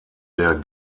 der